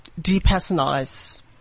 depersonalize